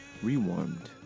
rewarmed